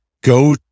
go